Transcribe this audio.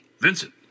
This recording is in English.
Vincent